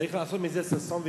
צריך לעשות מזה ששון ושמחה?